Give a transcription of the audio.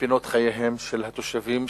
מפינות חייהם של התושבים,